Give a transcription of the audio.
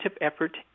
effort